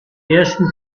ersten